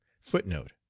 footnote